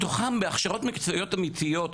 מתוכם בהכשרות מקצועיות אמיתיות,